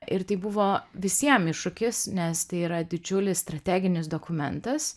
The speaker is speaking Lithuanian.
ir tai buvo visiem iššūkis nes tai yra didžiulis strateginis dokumentas